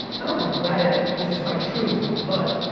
i don't regret it because it's my truth, but